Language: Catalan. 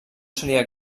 seria